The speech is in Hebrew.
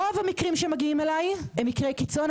רוב המקרים שמגיעים אליי הם מקרי קיצון,